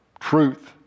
truth